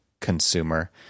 consumer